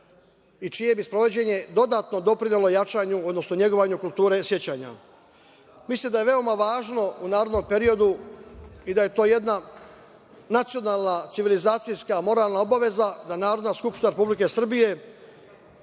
i čije bi sprovođenje dodatno doprinelo jačanju, odnosno negovanju kulture sećanja. Mislim da je veoma važno u narednom periodu i da je to jedna nacionalna civilizacijska moralna obaveza, da Narodna skupština Republike Srbije